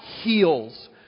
heals